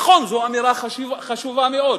נכון, זו אמירה חשובה מאוד,